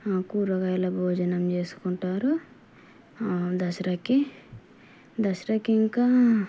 కూరగాయల భోజనం చేసుకుంటారు దసరాకి దసరాకి ఇంకా